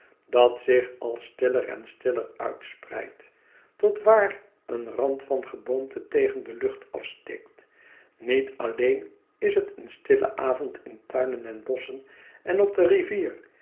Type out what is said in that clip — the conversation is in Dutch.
dat zich al stiller en stiller uitspreidt tot waar een rand van geboomte tegen de lucht afsteekt niet alleen is het een stille avond in tuinen en bosschen en op de rivier